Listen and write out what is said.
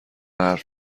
حرف